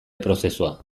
prozesua